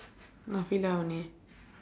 only